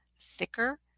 thicker